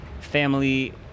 family